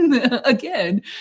again